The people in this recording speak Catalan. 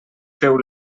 feu